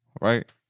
Right